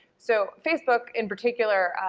so facebook in particular,